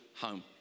home